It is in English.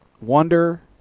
wonder